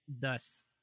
thus